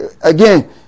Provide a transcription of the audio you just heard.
again